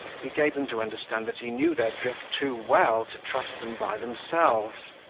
he gave them to understand that he knew their drift too well to trust them by themselves.